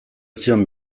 zion